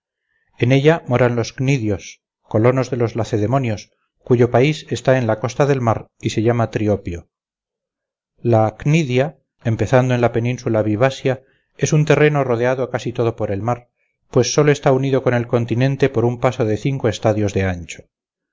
en ella moran los cnidios colonos de los lacedemonios cuyo país está en la costa del mar y se llama triopio la cnidia empezando en la península bybassia es un terreno rodeado casi todo por el mar pues solo está unido con el continente por un paso de cinco estadios de ancho